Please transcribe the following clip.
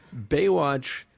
Baywatch